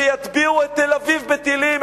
שיטביעו את תל-אביב בטילים,